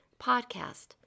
podcast